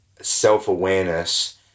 self-awareness